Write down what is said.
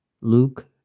Luke